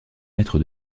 mètre